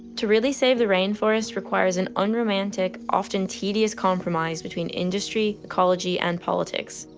to really save the rainforest requires an unromantic often tedious compromise between industry, ecology, and politics.